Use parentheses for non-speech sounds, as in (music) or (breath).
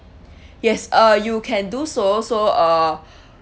(breath) yes uh you can do so so uh (breath)